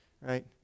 right